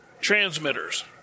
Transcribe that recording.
transmitters